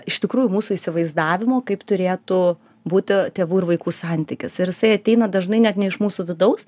iš tikrųjų mūsų įsivaizdavimo kaip turėtų būti tėvų ir vaikų santykis ir jisai ateina dažnai net ne iš mūsų vidaus